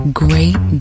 great